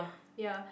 ya